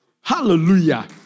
Hallelujah